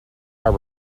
are